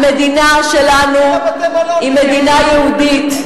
המדינה שלנו היא מדינה יהודית.